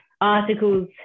articles